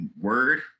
word